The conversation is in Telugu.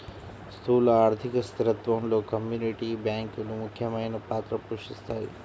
స్థూల ఆర్థిక స్థిరత్వంలో కమ్యూనిటీ బ్యాంకులు ముఖ్యమైన పాత్ర పోషిస్తాయి